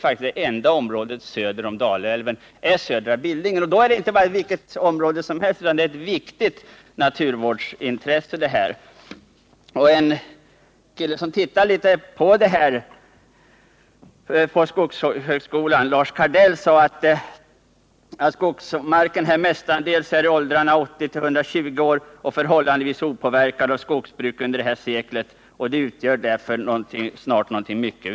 Lars Kardell vid skogshögskolan, som har tittat på det här, har sagt att skogen mestadels är i åldrarna 80-120 år och förhållandevis opåverkad av skogsbruk under det innevarande seklet och att området därför snart utgör någonting unikt.